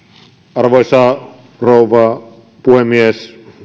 arvoisa rouva puhemies